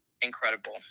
Incredible